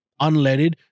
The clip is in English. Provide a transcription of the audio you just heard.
unleaded